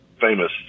famous